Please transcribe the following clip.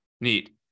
Neat